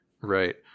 Right